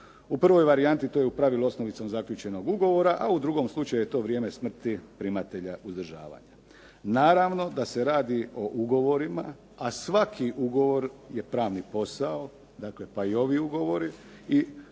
U prvoj varijanti, to je u pravilu osnovicom zaključenog ugovora, a u drugom slučaju je to vrijeme smrti primatelja uzdržavanja. Naravno da se radi o ugovorima, a svaki ugovor je pravni posao, dakle pa i ovi ugovori